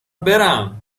برم